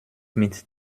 mit